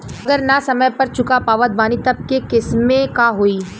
अगर ना समय पर चुका पावत बानी तब के केसमे का होई?